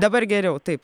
dabar geriau taip